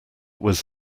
was